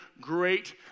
great